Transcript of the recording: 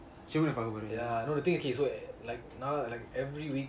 அஷுவின் பாக்க பெரிய:ashwina paaka poriya